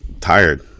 tired